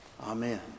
Amen